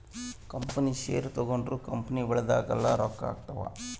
company share ತಗೊಂಡ್ರ company ಬೆಳ್ದಂಗೆಲ್ಲ ರೊಕ್ಕ ಆಗ್ತವ್